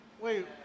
Wait